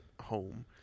home